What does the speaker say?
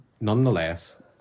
Nonetheless